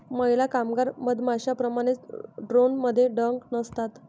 महिला कामगार मधमाश्यांप्रमाणे, ड्रोनमध्ये डंक नसतात